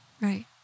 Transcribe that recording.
Right